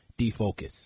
defocus